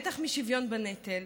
בטח משוויון בנטל.